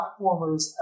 platformers